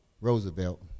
Roosevelt